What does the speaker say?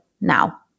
now